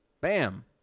bam